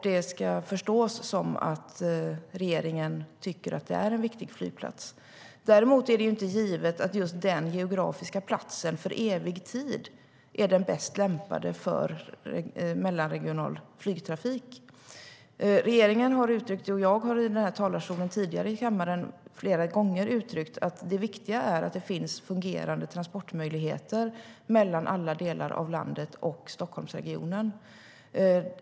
Det ska förstås som att regeringen tycker att det är en viktig flygplats. Däremot är det inte givet att just den geografiska platsen för evig tid är den bäst lämpade för mellanregional flygtrafik. Regeringen har uttryckt det, och jag har flera gånger tidigare i talarstolen i denna kammare flera gånger uttryckt att det viktiga är att det finns fungerande transporter mellan alla delar av landet och Stockholmsregionen.